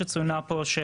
שצוינה פה,